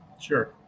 Sure